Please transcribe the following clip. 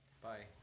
bye